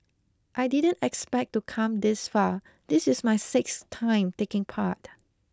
I didn't expect to come this far this is my sixth time taking part